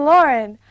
Lauren